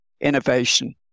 innovation